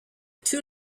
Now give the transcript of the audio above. two